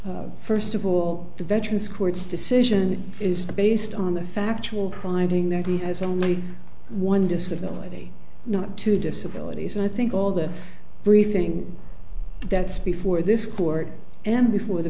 first of all the veterans court's decision is based on the factual priding that he has only one disability not two disabilities and i think all that very thing that's before this court and before the